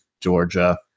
Georgia